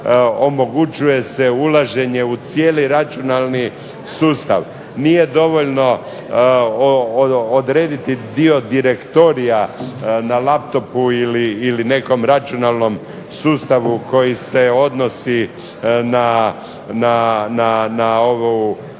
omogućuje se ulaženje u cijeli računalni sustav. Nije dovoljno odrediti dio direktorija na laptopu ili nekom računalnom sustavu koji se odnosi na